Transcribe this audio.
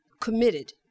committed